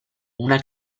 una